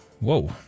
Whoa